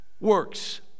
works